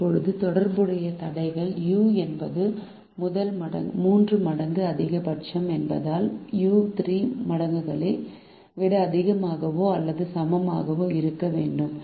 இப்போது தொடர்புடைய தடைகள் u என்பது மூன்று மடங்கு அதிகபட்சம் என்பதால் u 3 மடங்குகளை விட அதிகமாகவோ அல்லது சமமாகவோ இருக்க வேண்டும்